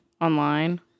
online